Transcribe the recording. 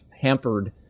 hampered